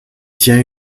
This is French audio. tient